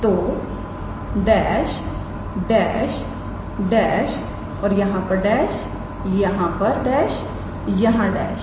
तोडेशडेशडेश और यहां डेश यहां डेश यहां डेश